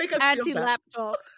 anti-laptop